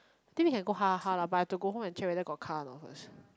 then we can go lah but I've to go home and check if they got car or not first